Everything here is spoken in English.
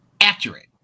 accurate